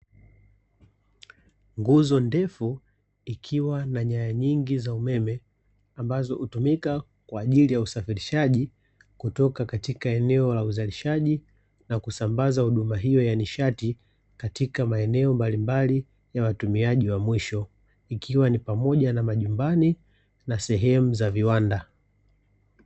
Nguzo ndefu ikiwa na nyaya nyingi za umeme, ambazo hutumika kwa ajili ya usafirishaji kutoka katika eneo la uzalishaji na kusambaza huduma hiyo ya nishati katika maeneo mbalimbali ya watumiaji wa mwisho, ikiwa ni pamoja na majumbani na sehemu ya viwanda.